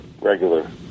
regular